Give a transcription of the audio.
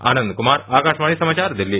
आनंद कुमार आकाशवाणी समाचार दिल्ली